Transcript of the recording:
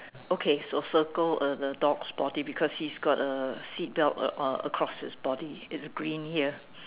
okay so circle uh the dog's body because he's got a seat belt a~ uh across his body it's green here